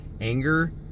anger